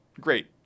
great